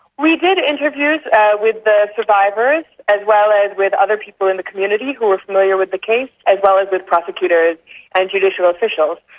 we did interviews with the survivors as well as with other people in the community who were familiar with the case as well as with prosecutors and judicial officials.